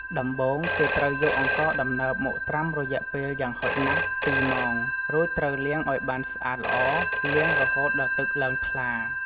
ដំបូង គេត្រូវយកអង្ករដំណើបមកត្រាំរយៈពេល យ៉ាងហោចណាស់ពីរម៉ោង រួចត្រូវលាងឱ្យបានស្អាតល្អ លាងរហូតដល់ទឹកឡើងថ្លា។